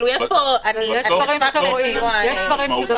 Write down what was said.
יש פה --- בדיון בבוקר